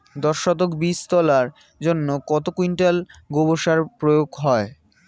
দশ শতক বীজ তলার জন্য কত কুইন্টাল গোবর সার প্রয়োগ হয়?